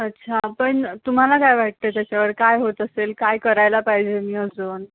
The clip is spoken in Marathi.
अच्छा पण तुम्हाला काय वाटतं आहे त्याच्यावर काय होत असेल काय करायला पाहिजे मी अजून